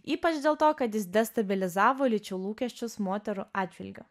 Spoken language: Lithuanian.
ypač dėl to kad jis destabilizavo lyčių lūkesčius moterų atžvilgiu